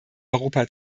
europa